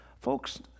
Folks